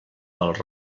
els